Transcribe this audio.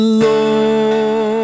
Lord